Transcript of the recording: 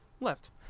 left